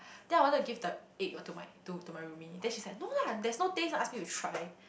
then I want to give the egg to my to to my roomie then she said no lah there's no taste ask me to try